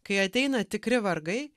kai ateina tikri vargai